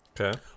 okay